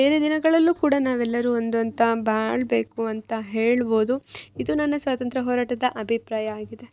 ಬೇರೆ ದಿನಗಳಲ್ಲು ಕೂಡ ನಾವೆಲ್ಲರು ಒಂದು ಅಂತ ಬಾಳ ಬೇಕು ಅಂತ ಹೇಳ್ಬೌದು ಇದು ನನ್ನ ಸ್ವಾತಂತ್ರ್ಯ ಹೋರಾಟದ ಅಭಿಪ್ರಾಯ ಆಗಿದೆ